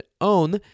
own